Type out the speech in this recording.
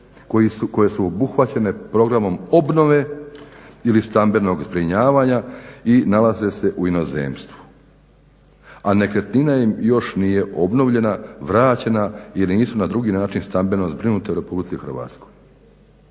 koje su obuhvaćene programom obnove ili stambenog zbrinjavanja i nalaze se u inozemstvu, a nekretnina im još nije obnovljena, vraćena ili nisu na drugi način stambeno zbrinute u Republici Hrvatskoj.